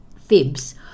fibs